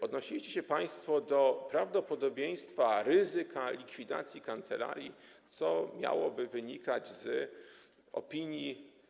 Odnosiliście się państwo do prawdopodobieństwa ryzyka likwidacji kancelarii, co miałoby wynikać z opinii.